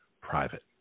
private